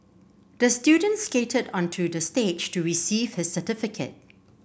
the student skated onto the stage to receive his certificate